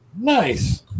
Nice